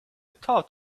thought